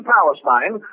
Palestine